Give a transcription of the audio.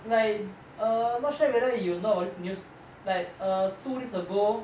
like uh not sure whether you know about this news like err two days ago